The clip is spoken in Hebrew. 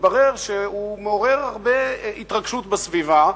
מתברר שהוא מעורר הרבה התרגשות בסביבה.